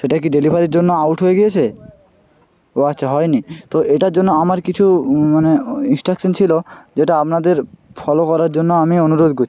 সেটা কি ডেলিভারির জন্য আউট হয়ে গিয়েছে ও আচ্ছা হয় নি তো এটার জন্য আমার কিছু মানে ইন্সট্রাকশান ছিলো যেটা আপনাদের ফলো করার জন্য আমি অনুরোধ করছি